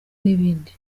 n’ibindi